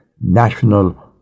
national